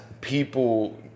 people